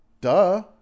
duh